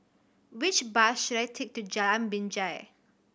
which bus should I take to Jalan Binjai